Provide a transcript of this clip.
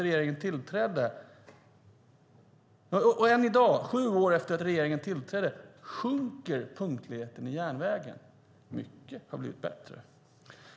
Än i dag, sju år efter att regeringen tillträdde, sjunker punktligheten i järnvägstrafiken. Mycket har blivit bättre.